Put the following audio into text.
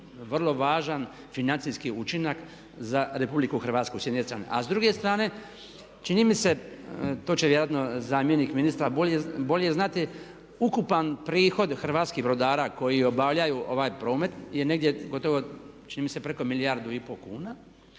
vrlo važan financijski učinak za RH s jedne strane. A s druge strane čini mi se, to će vjerojatno zamjenik ministra bolje znati ukupan prihod hrvatskih brodara koji obavljaju ovaj promet je negdje gotovo čini me preko milijardu i pol kuna